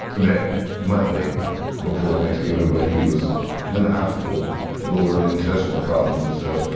that monday before thanksgiving but he was in the hospital lower intestinal problems and stuff.